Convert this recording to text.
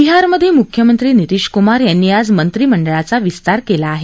बिहारमधे मुख्यमंत्री नीतिश कुमार यांनी आज मंत्रिमंडळाचा विस्तार केला आहे